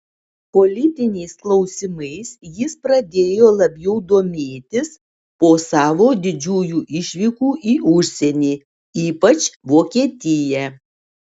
politiniais klausimais jis pradėjo labiau domėtis po savo didžiųjų išvykų į užsienį ypač vokietiją